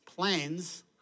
Planes